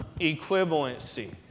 equivalency